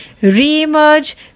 Re-emerge